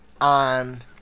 on